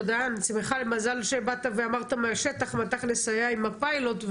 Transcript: מזל שבאת ודיברת מהשטח מה תכלס היה עם הפיילוט,